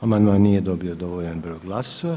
Amandman nije dobio dovoljan broj glasova.